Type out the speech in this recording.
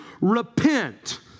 repent